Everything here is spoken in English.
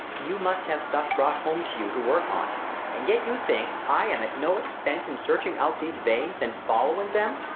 you must have stuff brought home to you, to work on and yet you think, i am at no expense in searching out these veins, then following them,